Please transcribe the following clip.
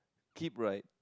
keep right